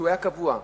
שהיה קבוע,